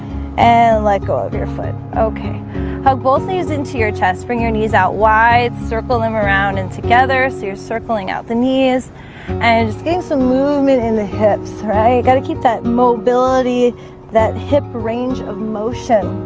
and let go of your foot. okay hug both knees into your chest. bring your knees out wide circle them around and together. so you're circling out the knees and just getting some movement in the hips alright, i got to keep that mobility that hip range of motion